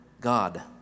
God